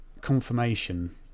confirmation